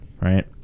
right